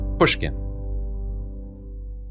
Pushkin